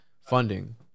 funding